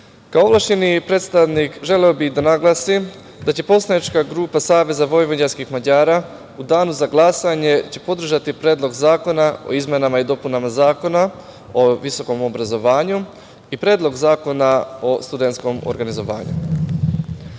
kao ovlašćeni predstavnik želeo bih da naglasim da će poslanička grupa SVM u danu za glasanje podržati Predlog zakona o izmenama i dopunama Zakona o visokom obrazovanju i Predlog zakona o studentskom organizovanju. Kao